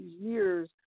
years